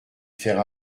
faire